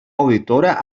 auditora